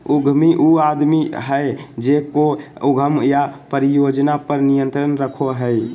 उद्यमी उ आदमी हइ जे कोय उद्यम या परियोजना पर नियंत्रण रखो हइ